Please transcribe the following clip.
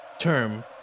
term